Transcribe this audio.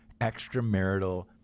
extramarital